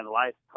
life